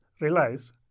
realized